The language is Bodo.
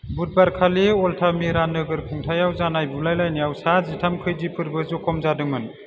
बुधबारखालि अल्टामिरा नोगोर खुंथाइआव जानाय बुलायलायनायाव सा जिथाम खैदिफोरबो जखम जादोंमोन